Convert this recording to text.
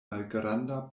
malgranda